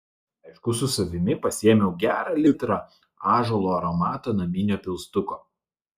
aišku su savimi pasiėmiau gerą litrą ąžuolo aromato naminio pilstuko